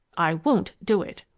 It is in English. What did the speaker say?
i won't do it!